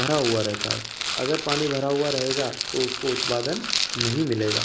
भरा हुआ रहता है अगर पानी भरा हुआ रहेगा तो उसको उत्पादन नहीं मिलेगा